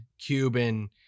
Cuban